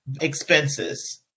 expenses